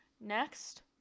Next